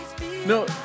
No